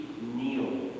kneel